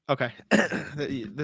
Okay